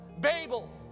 Babel